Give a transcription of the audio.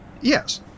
yes